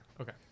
Okay